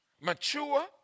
mature